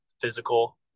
physical